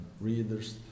readers